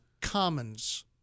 Commons